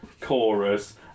chorus